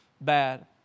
bad